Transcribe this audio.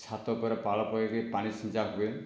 ଛାତ ଉପରେ ପାଳ ପକେଇକି ପାଣି ସିଞ୍ଚା ହୁଏ